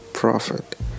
profit